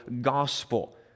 gospel